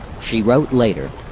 she wrote later